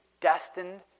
destined